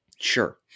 sure